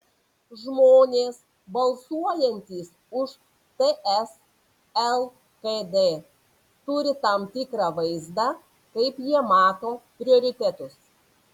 žmonės balsuojantys už ts lkd turi tam tikrą vaizdą kaip jie mato prioritetus